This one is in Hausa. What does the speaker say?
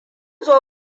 zo